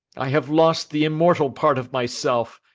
i have lost the immortal part of myself,